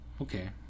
Okay